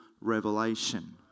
revelation